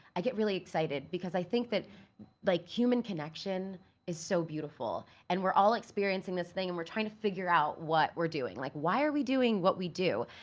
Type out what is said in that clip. i get really excited because i think that like human connection is so beautiful and we're all experiencing this thing and we're trying to figure out what we're doing. like, why are we doing what we do?